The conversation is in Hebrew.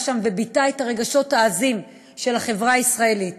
שם וביטאה את הרגשות העזים של החברה הישראלית.